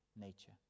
nature